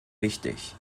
wichtig